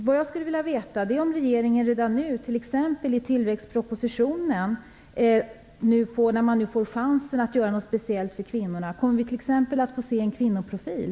Vad jag skulle vilja veta är om regeringen redan nu, t.ex. i tillväxtpropositionen, kommer att ta chansen att göra något speciellt för kvinnorna. Kommer vi t.ex. att få se en kvinnoprofil?